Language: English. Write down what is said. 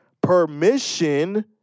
permission